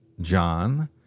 John